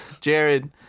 jared